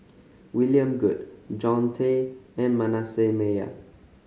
William Goode Jean Tay and Manasseh Meyer